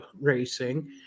racing